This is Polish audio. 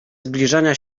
zbliżania